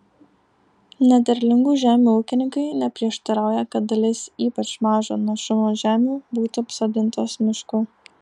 nederlingų žemių ūkininkai neprieštarauja kad dalis ypač mažo našumo žemių būtų apsodintos mišku